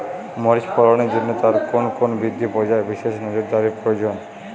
মরিচ ফলনের জন্য তার কোন কোন বৃদ্ধি পর্যায়ে বিশেষ নজরদারি প্রয়োজন?